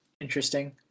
interesting